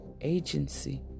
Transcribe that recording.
Agency